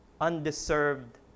undeserved